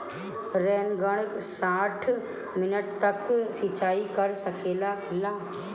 Rain gun साठ metre तक सिचाई कर सकेला का?